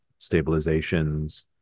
stabilizations